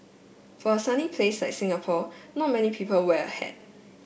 for a sunny place like Singapore not many people wear a hat